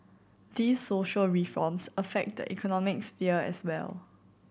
these social reforms affect the economic sphere as well